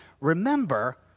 remember